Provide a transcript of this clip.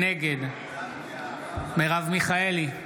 נגד מרב מיכאלי,